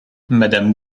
madame